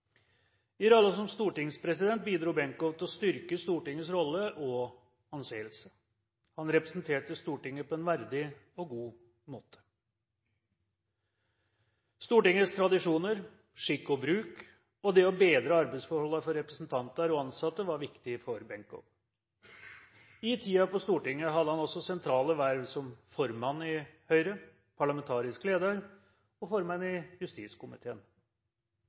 I rollen som stortingspresident bidro Benkow til å styrke Stortingets rolle og anseelse. Han representerte Stortinget på en verdig og god måte. Stortingets tradisjoner, skikk og bruk og det å bedre arbeidsforholdene for representanter og ansatte var viktig for Benkow. I tiden på Stortinget hadde han også sentrale verv som formann i Høyre, parlamentarisk leder og formann i justiskomiteen.